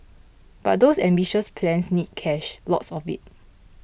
but those ambitious plans need cash lots of it